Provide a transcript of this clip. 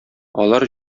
алар